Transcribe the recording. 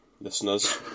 listeners